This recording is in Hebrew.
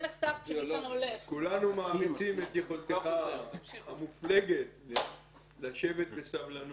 כולנו מעריצים את יכולתך המופלגת לשבת בסבלנות.